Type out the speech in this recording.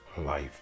life